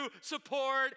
support